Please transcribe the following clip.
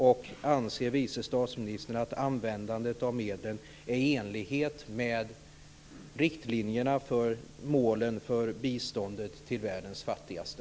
Och anser vice statsministern att användandet av medel är i enlighet med riktlinjerna för biståndsmålen till världens fattigaste?